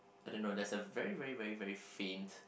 I don't know there's a very very very very faint